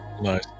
nice